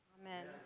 Amen